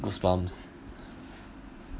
goosebumps